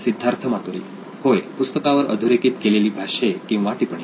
सिद्धार्थ मातुरी होय पुस्तकावर अधोरेखित केलेली भाष्ये किंवा टिपणे